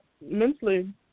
Mentally